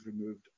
removed